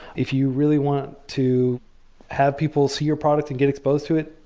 if you really want to have people see your product and get exposed to it,